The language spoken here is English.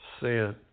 sent